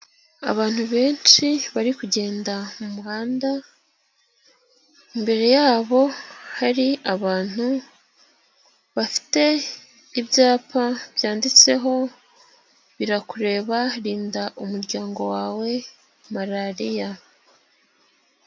Abantu benshi bari kugenda mu muhanda, imbere yabo hari abantu bafite ibyapa byanditseho, birakureba rinda umuryango wawe Malariya.